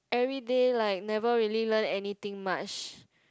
everyday like never really learn any thing much